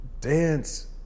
Dance